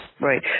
right